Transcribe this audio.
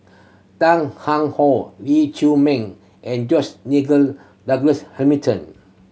Tan How Lee Chiu Ming and Nigel Douglas Hamilton